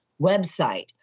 website